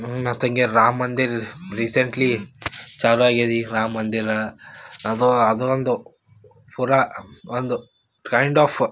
ಮತ್ತು ಹಂಗೆ ರಾಮ ಮಂದಿರ ರೀಸೆಂಟ್ಲಿ ಚಾಲು ಆಗ್ಯದ ಈಗ ರಾಮ ಮಂದಿರ ಅದು ಅದು ಒಂದು ಪೂರಾ ಒಂದು ಕೈಂಡ್ ಆಫ್